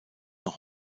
noch